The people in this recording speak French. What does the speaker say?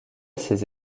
ses